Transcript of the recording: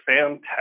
fantastic